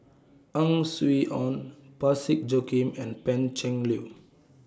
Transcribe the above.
Ang Swee Aun Parsick Joaquim and Pan Cheng Lui